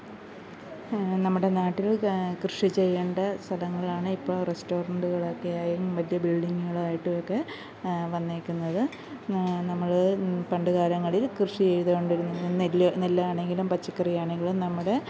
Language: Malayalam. നമ്മുടെ നാട്ടിൽ കൃഷി ചെയ്യേണ്ട സതങ്ങളിലാണ് ഇപ്പം റെസ്റ്റോറന്റ്കൾ ഒക്കെയായും മറ്റ് ബിള്ഡിങ്ങ്കളായിട്ടുമൊക്കെ വന്നേക്കുന്നത് നമ്മൾ പണ്ട് കാലങ്ങളില് കൃഷി ചെയ്തുകൊണ്ടിരുന്ന നെല്ല് നെല്ലാണെങ്കിലും പച്ചക്കറിയാണെങ്കിലും നമ്മുടെ